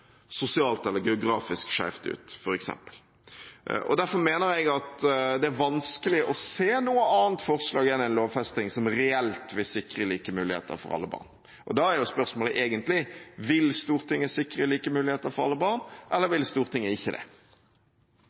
sosialt eller geografisk skjevt ut, f.eks. Derfor mener jeg at det er vanskelig å se noe annet forslag enn en lovfesting som reelt vil sikre like muligheter for alle barn. Da er spørsmålet egentlig: Vil Stortinget sikre like muligheter for alle barn, eller vil Stortinget ikke det?